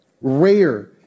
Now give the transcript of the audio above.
Rare